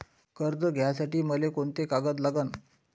कर्ज घ्यासाठी मले कोंते कागद लागन?